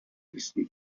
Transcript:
distant